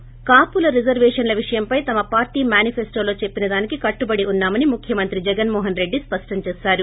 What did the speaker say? ి కాపుల రిజర్వేషన్ల విషయం పై తమ పార్టీ మేనిఫెస్టోలో చెప్పినదానికి కట్టుబడి ఉన్నా మని ముఖ్యమంత్రి జగన్మో హన్ రెడ్డి స్పష్టం చేశారు